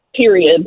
period